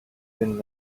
been